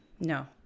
no